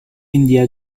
india